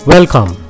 Welcome